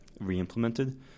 re-implemented